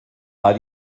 and